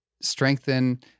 strengthen